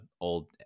old